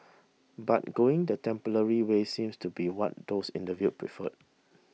but going the temporary way seems to be what those interviewed prefer